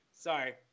Sorry